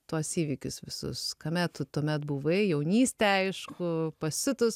tuos įvykius visus kame tu tuomet buvai jaunystė aišku pasiutus